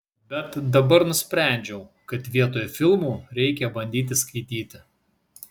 bet dabar nusprendžiau kad vietoj filmų reikia bandyti skaityti